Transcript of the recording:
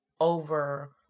over